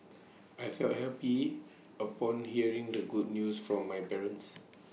I felt happy upon hearing the good news from my parents